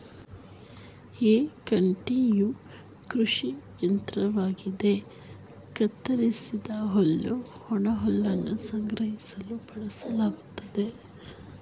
ಹೇ ಕುಂಟೆಯು ಕೃಷಿ ಯಂತ್ರವಾಗಿದ್ದು ಕತ್ತರಿಸಿದ ಹುಲ್ಲು ಒಣಹುಲ್ಲನ್ನು ಸಂಗ್ರಹಿಸಲು ಬಳಸಲಾಗ್ತದೆ